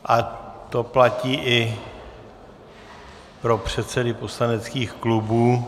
A to platí i pro předsedy poslaneckých klubů.